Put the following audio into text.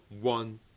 one